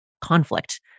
conflict